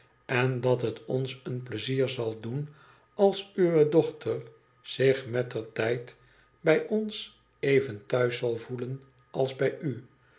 en dat het ona een pleizier zal doen als uwe dochter zich mettertijd bij ons even thuis zal gevoelen als bij u